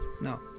no